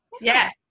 Yes